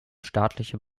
staatliche